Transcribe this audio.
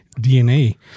DNA